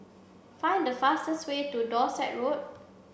find the fastest way to Dorset Road